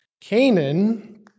Canaan